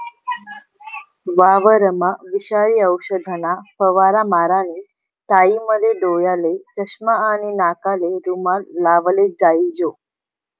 वावरमा विषारी औषधना फवारा मारानी टाईमले डोयाले चष्मा आणि नाकले रुमाल लावलेच जोईजे